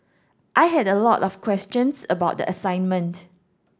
I had a lot of questions about the assignment